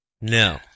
No